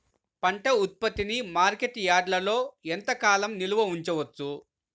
పంట ఉత్పత్తిని మార్కెట్ యార్డ్లలో ఎంతకాలం నిల్వ ఉంచవచ్చు?